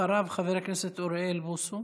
אחריו, חבר הכנסת אוריאל בוסו,